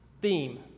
theme